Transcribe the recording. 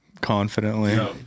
confidently